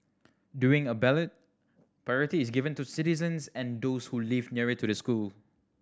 during a ballot priority is given to citizens and those who live nearer to the school